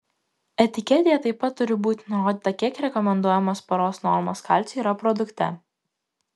etiketėje taip pat turi būti nurodyta kiek rekomenduojamos paros normos kalcio yra produkte